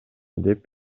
деп